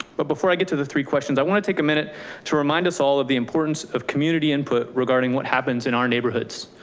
but before i get to the three questions. i want to take a minute to remind us all of the importance of community input regarding what happens in our neighborhoods.